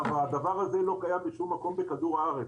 הדבר הזה לא קיים בשום מקום בכדור הארץ.